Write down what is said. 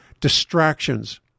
distractions